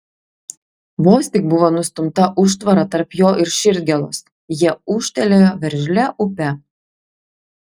vos tik buvo nustumta užtvara tarp jo ir širdgėlos jie ūžtelėjo veržlia upe